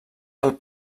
del